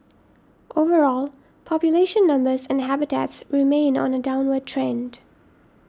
overall population numbers and habitats remain on a downward trend